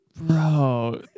Bro